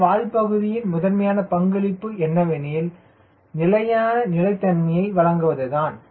இந்த வால் பகுதியின் முதன்மையான பங்களிப்பு என்ன நிலையில் நிலையான நிலைத்தன்மையை வழங்குவதுதான்